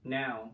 now